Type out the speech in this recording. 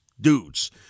dudes